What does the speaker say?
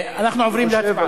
אנחנו עוברים להצבעה.